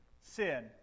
sin